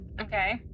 Okay